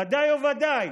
ודאי וודאי